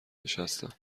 نشستم